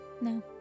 No